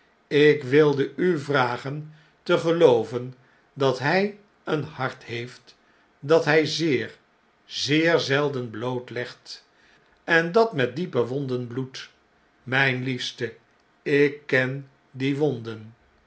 ik wilde u vragen te gelooven dat hij een hart heeft dat hij zeer zeer zelden blootlegt en dat met diepe wonden bloedt mjjn liefste ik ken die wonden